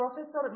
professor B